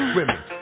women